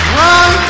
run